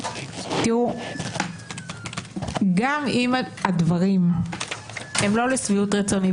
גם אם הדברים הם לא לשביעות רצוני,